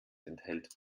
enthält